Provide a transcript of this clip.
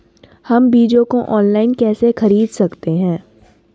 हम बीजों को ऑनलाइन कैसे खरीद सकते हैं?